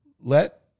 Let